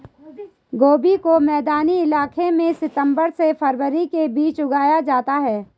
गोभी को मैदानी इलाकों में सितम्बर से फरवरी के बीच उगाया जाता है